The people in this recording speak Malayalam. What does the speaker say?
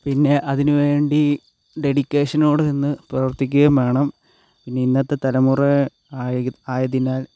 പിന്നെ അതിന് വേണ്ടി ഡെഡിക്കേഷനോടെ നിന്ന് പ്രവർത്തിക്കുകയും വേണം പിന്നെ ഇന്നത്തെ തലമുറ ആയ ആയതിനാൽ